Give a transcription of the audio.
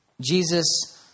Jesus